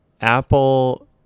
Apple